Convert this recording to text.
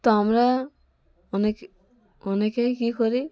তো আমরা অনেকে অনেকেই কী করি